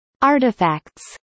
Artifacts